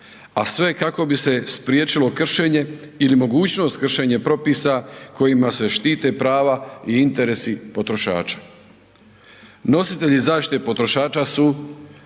a sve kako bi se spriječilo kršenje ili mogućnost kršenja propisa kojima se štite prava i interesi potrošača. Nositelji zaštite potrošača su